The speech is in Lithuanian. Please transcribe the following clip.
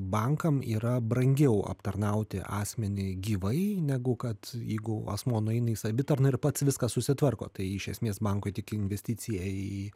bankam yra brangiau aptarnauti asmenį gyvai negu kad jeigu asmuo nueina į savitarną ir pats viskas susitvarko tai iš esmės bankui tik investicija į